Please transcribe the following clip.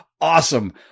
awesome